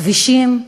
כבישים,